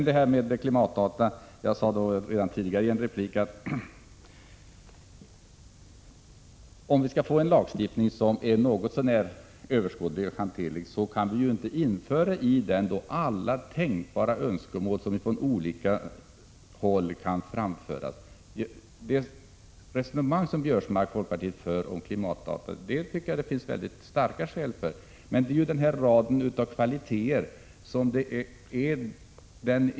Beträffande klimatdata vill jag framhålla att jag redan i en tidigare replik sagt, att om vi skall få en lagstiftning som är något så när överskådlig och hanterlig, kan vi ju inte i den ta hänsyn till alla tänkbara önskemål som kan framföras. Karl-Göran Biörsmarks och folkpartiets resonemang om klimatdata finns det, enligt min mening, mycket starka skäl för.